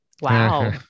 wow